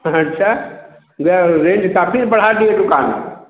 हं अच्छ भैया रेंज काफ़ी बढ़ा दिए दुकान